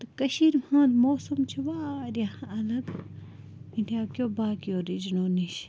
تہٕ کٔشیٖرِ ہُنٛد موسَم چھِ واریاہ اَلگ اِنڈیاکیو باقِیو رِجنو نِش